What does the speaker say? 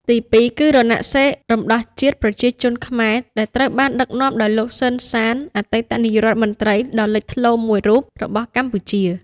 ទីពីរ គឺរណសិរ្សរំដោះជាតិប្រជាជនខ្មែរ ដែលត្រូវបានដឹកនាំដោយលោក សឺន សាន អតីតនាយករដ្ឋមន្ត្រីដ៏លេចធ្លោមួយរូបរបស់កម្ពុជា។